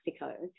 Mexico